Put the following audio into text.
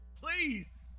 Please